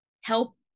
help